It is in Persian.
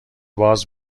باز